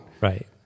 Right